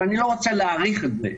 ואני לא רוצה להאריך את זה.